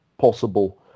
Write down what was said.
possible